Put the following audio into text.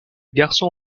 garçon